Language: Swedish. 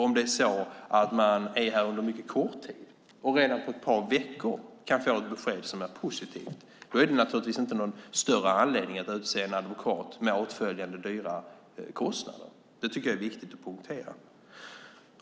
Om man är här under mycket kort tid och redan efter ett par veckor kan få ett besked som är positivt, då finns det naturligtvis inte någon större anledning att utse en advokat med åtföljande höga kostnader. Det tycker jag är viktigt att poängtera.